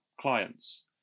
clients